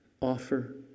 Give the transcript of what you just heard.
offer